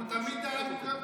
אנחנו תמיד דאגנו,